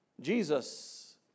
Jesus